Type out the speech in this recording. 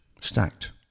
stacked